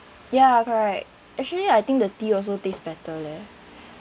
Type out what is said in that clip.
ya correct actually I think the tea also tastes better leh